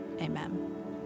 Amen